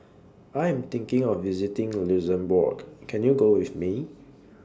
I Am thinking of visiting Luxembourg Can YOU Go with Me